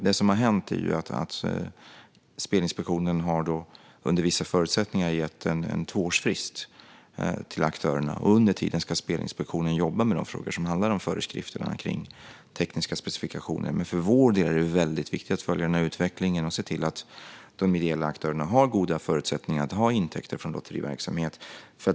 Det som har hänt är att Spelinspektionen under vissa förutsättningar har gett en tvåårsfrist till aktörerna, och under tiden ska inspektionen jobba med de frågor som handlar om föreskrifterna som rör tekniska specifikationer. För vår del är det väldigt viktigt att följa den här utvecklingen och se till att de ideella aktörerna har goda förutsättningar att ha intäkter från lotteriverksamhet.